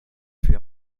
fer